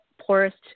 poorest